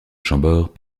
chambord